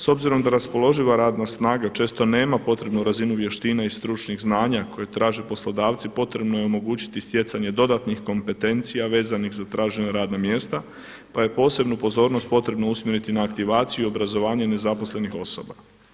S obzirom da raspoloživa radna snaga često nema potrebnu razinu vještine i stručnih znanja koje traže poslodavci potrebno je omogućiti stjecanje dodatnih kompetencija vezanih za tražena radna mjesta, pa je posebnu pozornost potrebno usmjeriti na aktivaciju i obrazovanje nezaposlenih osoba.